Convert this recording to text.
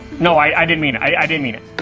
no, i i didn't mean i i didn't mean it